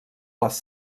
les